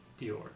Dior